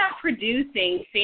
producing